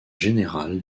général